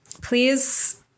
please